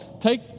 take